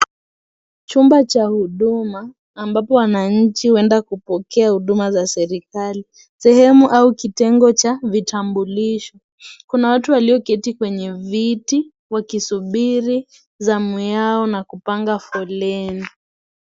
Chumba cha huduma ambapo wananchi huenda kupokea huduma za serikali. Sehemu au kitengo cha vitambulisho. Kuna watu walioketi kwenye viti wakisubiri zamu yao na kupanga foleni.